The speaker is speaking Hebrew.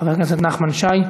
חבר הכנסת נחמן שי,